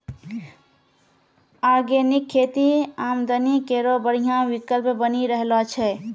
organic खेती आमदनी केरो बढ़िया विकल्प बनी रहलो छै